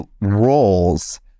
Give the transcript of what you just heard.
roles